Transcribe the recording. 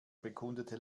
bekundete